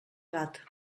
gat